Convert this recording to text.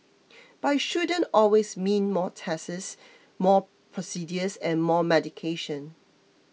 but it shouldn't always mean more tests more procedures and more medication